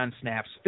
snaps